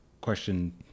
question